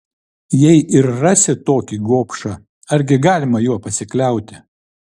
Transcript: jei ir surasi tokį gobšą argi galima juo pasikliauti